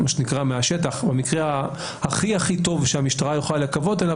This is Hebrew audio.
מהשטח במקרה הכי טוב שהמשטרה יכולה לקוות לו,